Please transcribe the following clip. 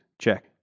Check